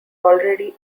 already